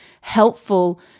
helpful